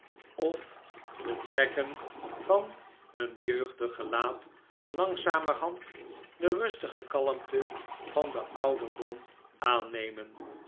of de trekken van een jeugdig gelaat langzamerhand de rustige kalmte van den ouderdom aannemen